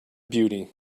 beauty